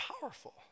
powerful